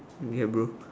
ya bro